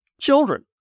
Children